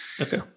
okay